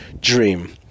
dream